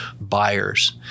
buyers